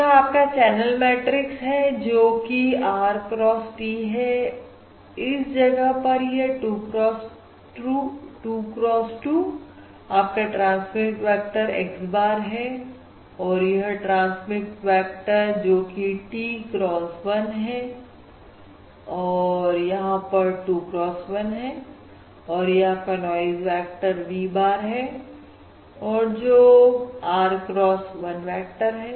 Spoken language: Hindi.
यह आपका चैनल मैट्रिक्स है जो कि R cross T है इस जगह पर यह 2 cross 2 आपका ट्रांसमिट वेक्टर x bar है और यह ट्रांसमिट वेक्टर जोकि T cross 1 है और यहां पर 2 cross 1 है और यह आपका नॉइज वेक्टर v bar है और जो R cross 1 वेक्टर है